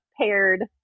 paired